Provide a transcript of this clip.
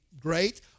great